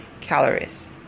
calories